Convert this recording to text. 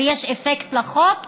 ויש אפקט לחוק.